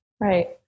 Right